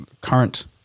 current